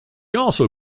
also